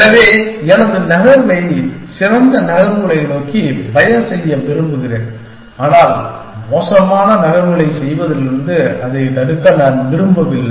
எனவே எனது நகர்வை சிறந்த நகர்வுகளை நோக்கி பயாஸ் செய்ய விரும்புகிறேன் ஆனால் மோசமான நகர்வுகளை செய்வதிலிருந்து அதைத் தடுக்க நான் விரும்பவில்லை